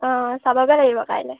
অঁ চাবগৈ লাগিব কাইলৈ